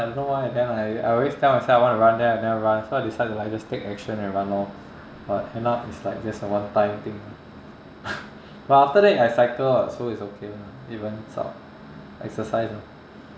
I don't know why then I I always tell myself I wanna run then I never run so I decided to like just take action and run lor but end up it's like just a one time thing but after that I cycle [what] so it's okay lah even sort of exercise you know